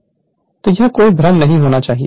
तो यह कोई भ्रम नहीं होना चाहिए